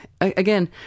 Again